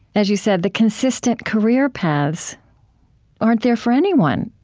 as you said, the consistent career paths aren't there for anyone,